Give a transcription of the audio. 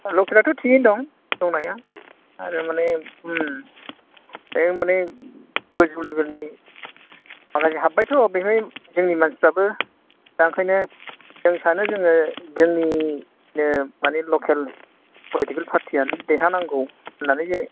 ल'केल आवथ' थिगैनो दं दंनाया आरो माने बे माने गोजौ लेबेलनि माखासे हाबबायथ' बेनो जोंनि मानसियाबो दा ओंखायनो जों सानो जोङो जोंनि बे माने ल'केल पलिटिकेल पार्थि आनो देरहानांगौ होननानै जे